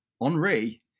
Henri